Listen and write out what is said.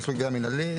מינהלי.